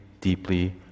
deeply